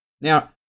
Now